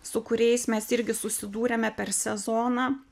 su kuriais mes irgi susidūrėme per sezoną